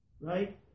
right